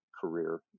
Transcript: career